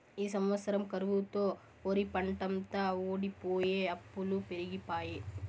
ఈ సంవత్సరం కరువుతో ఒరిపంటంతా వోడిపోయె అప్పులు పెరిగిపాయె